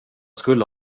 skulle